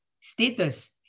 status